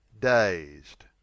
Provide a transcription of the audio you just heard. Dazed